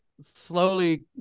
slowly